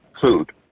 food